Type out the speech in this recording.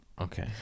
Okay